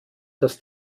dass